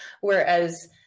Whereas